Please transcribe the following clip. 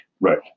Right